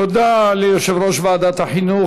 תודה ליושב-ראש ועדת החינוך,